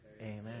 Amen